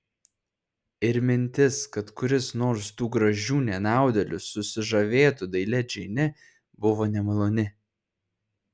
ir mintis kad kuris nors tų gražių nenaudėlių susižavėtų dailia džeine buvo nemaloni